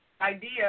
idea